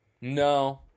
No